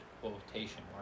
quotation